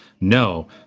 No